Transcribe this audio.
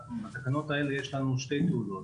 בתקנות האלה יש לנו שתי תעודות.